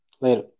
Later